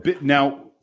Now